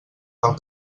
del